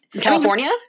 California